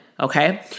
Okay